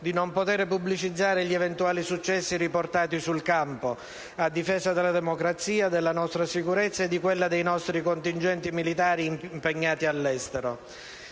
di non poter pubblicizzare gli eventuali successi riportati sul campo a difesa della democrazia, della nostra sicurezza e di quella dei nostri contingenti militari impegnati all'estero.